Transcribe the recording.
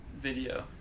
video